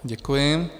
Děkuji.